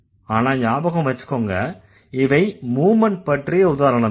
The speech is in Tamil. ஆனா ஞாபகம் வெச்சுக்கங்க இவை மூவ்மெண்ட் பற்றிய உதாரணம்தான்